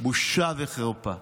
בושה וחרפה.